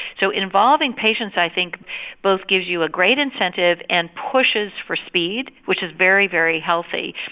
so involving patients i think both gives you a great incentive and pushes for speed which is very, very healthy.